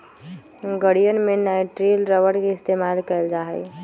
गड़ीयन में nitrile rubber के इस्तेमाल कइल जा हई